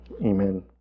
Amen